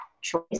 choice